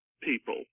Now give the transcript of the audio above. people